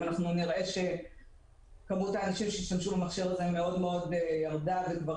אם נראה שכמות האנשים שהשתמשו במכשיר הזה מאוד ירדה וכבר